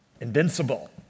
invincible